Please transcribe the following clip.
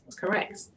correct